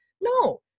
no